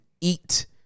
eat